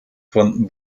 von